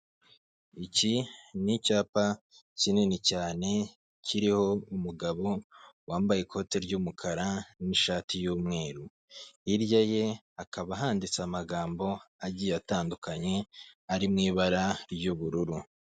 Iki ni icyapa kinini cyane kiriho umugabo wambaye ikote ry'umukara n'ishati y'umweru, hirya ye akaba handitse amagambo agiye atandukanye ari mu ibara ry'ubururu.